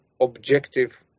objective